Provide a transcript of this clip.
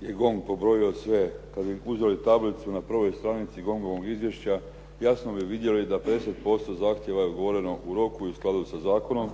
se ne razumije./… kad bi uzeli tablicu na prvoj stranici GONG-ovog izvješća jasno bi vidjeli da 50% zahtjeva je odgovoreno u roku i u skladu sa zakonom,